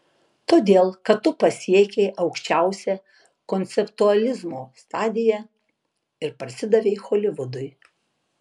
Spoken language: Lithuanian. todėl kad tu pasiekei aukščiausią konceptualizmo stadiją ir parsidavei holivudui